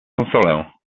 konsolę